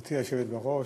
גברתי היושבת בראש,